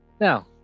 Now